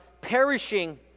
perishing